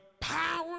Power